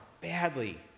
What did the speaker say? badly